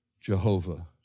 Jehovah